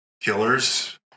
killers